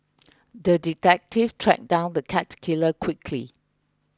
the detective tracked down the cat killer quickly